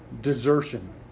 desertion